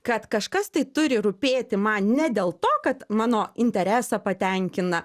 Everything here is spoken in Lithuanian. kad kažkas tai turi rūpėti man ne dėl to kad mano interesą patenkina